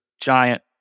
giant